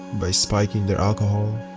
by spiking their alcohol.